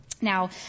Now